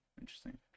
interesting